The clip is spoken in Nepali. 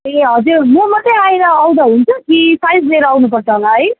ए हजुर म मात्रै आएर आउँदा हुन्छ कि साइज लिएर आउनुपर्छ होला है